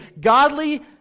godly